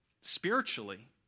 spiritually